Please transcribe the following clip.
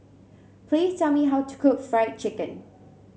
please tell me how to cook Fried Chicken